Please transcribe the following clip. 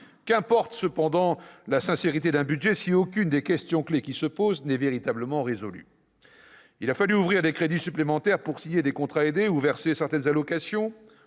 Qu'importe cependant la sincérité d'un budget, si aucune des questions clefs qui se posent n'est véritablement résolue ! Il a fallu ouvrir des crédits supplémentaires pour signer des contrats aidés, ou verser certaines allocations ?